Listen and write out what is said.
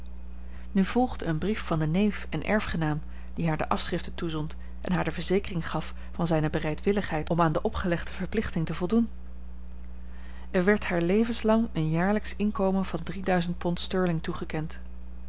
nu volgde een brief van den neef en erfgenaam die haar de afschriften toezond en haar de verzekering gaf van zijne bereidwilligheid om aan de opgelegde verplichting te voldoen er werd haar levenslang een jaarlijksch inkomen van drieduizend pond sterling toegekend